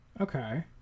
Okay